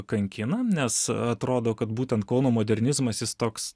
kankina nes atrodo kad būtent kauno modernizmas jis toks